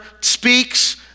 speaks